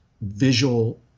visual